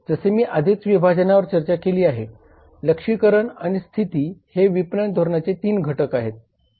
जसे मी आधीच विभाजनावर चर्चा केली आहे लक्ष्यीकरण आणि स्थिती हे विपणन धोरणाचे 3 घटक आहेत